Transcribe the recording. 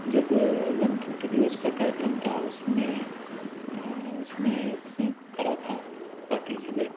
जब गणतंत्र दिवस का कार्यक्रम था उसमें उसमें स करा था पार्टिसिपेट